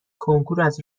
کنکوراز